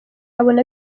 abona